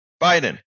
Biden